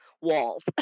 walls